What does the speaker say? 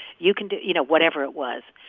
you can do, you know, whatever it was.